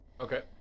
Okay